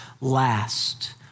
Last